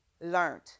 learned